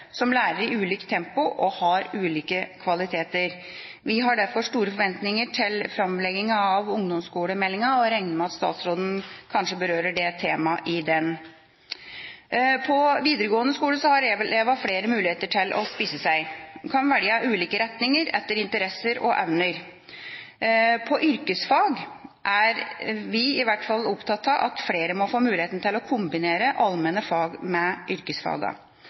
som lærer i ulikt tempo og har ulike kvaliteter. Vi har derfor store forventninger til framleggingen av ungdomsskolemeldingen, og jeg regner med at statsråden kanskje berører det temaet i den. På videregående skole har elevene flere muligheter til å spisse seg. De kan velge ulike retninger etter interesser og evner. På yrkesfag er i hvert fall vi opptatt av at flere må få mulighet til å kombinere allmenne fag med